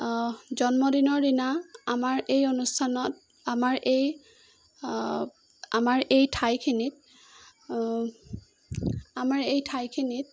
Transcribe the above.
জন্মদিনৰদিনা আমাৰ এই অনুষ্ঠানত আমাৰ এই আমাৰ এই আমাৰ এই ঠাইখিনিত